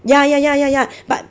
ya ya ya ya ya but